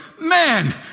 man